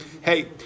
Hey